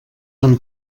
han